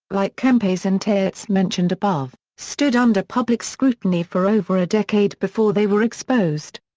like kempe's and tait's mentioned above, stood under public scrutiny for over a decade before they were exposed.